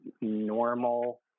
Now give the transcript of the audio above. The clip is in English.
normal